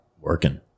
working